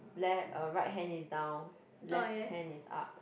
le~ uh right hand is down left hand is up